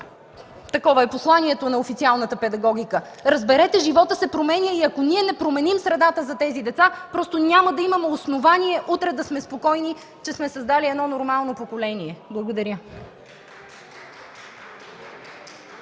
такова е посланието на официалната педагогика. Разберете, животът се променя и ако ние не променим средата за тези деца, просто няма да имаме основание утре да сме спокойни, че сме създали едно нормално поколение. Благодаря.